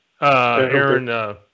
Aaron